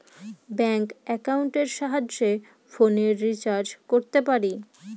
bank একাউন্টের সাহায্যে ফোনের রিচার্জ করতে পারি